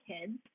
kids